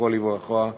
זיכרונו לברכה,